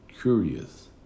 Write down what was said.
curious